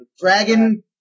dragon